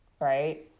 Right